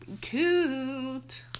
Cute